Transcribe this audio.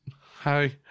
hi